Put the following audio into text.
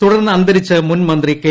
തുടർന്ന് അന്തരിച്ച മുൻ മന്ത്രി കെ